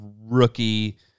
rookie